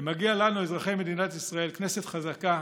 ומגיע לנו, אזרחי מדינת ישראל, כנסת חזקה,